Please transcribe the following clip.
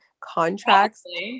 contracts